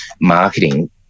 marketing